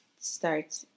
start